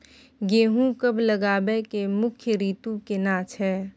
गेहूं कब लगाबै के मुख्य रीतु केना छै?